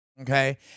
okay